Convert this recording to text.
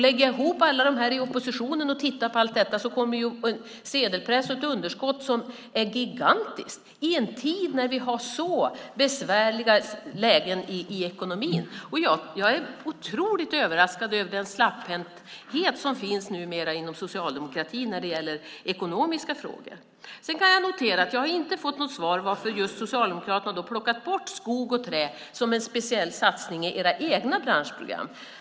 Lägger jag ihop alla oppositionens förslag och tittar på allt detta noterar jag att vi kommer att få ett underskott som är gigantiskt i en tid när vi har så besvärliga lägen i ekonomin. Jag är otroligt överraskad över den slapphänthet som numera finns inom socialdemokratin när det gäller ekonomiska frågor. Sedan kan jag notera att jag inte har fått något svar på varför just Socialdemokraterna har plockat bort skogs och träindustrin som en speciell satsning i era egna branschprogram.